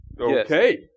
okay